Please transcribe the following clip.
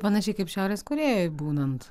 panašiai kaip šiaurės korėjoj būnant